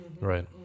Right